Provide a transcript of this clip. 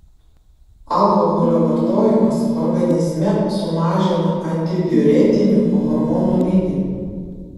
alkoholio vartojimas organizme sumažina antidiuretinių hormonų lygį